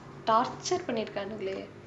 torture பண்ணிருக்கானுங்கலே:pannirukkanugalae